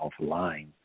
offline